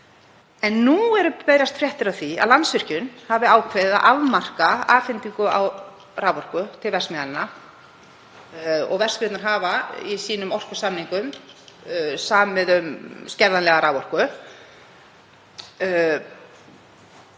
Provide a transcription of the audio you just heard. En nú berast fréttir af því að Landsvirkjun hafi ákveðið að takmarka afhendingu á raforku til verksmiðjanna og þær hafi í sínum orkusamningum samið um skerðanlega raforku.